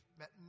met